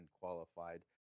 qualified